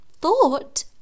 thought